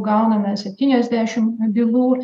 gauname septyniasdešimt bylų